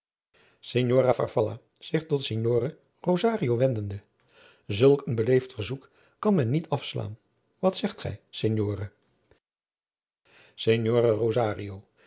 farfalla zich tot signore rosario wendende zulk een beleefd verzoek kan men niet afslaan wat zegt gij signore